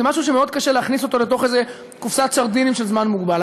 זה משהו שמאוד קשה להכניס אותו לתוך איזו קופסת סרדינים של זמן מוגבל.